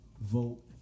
vote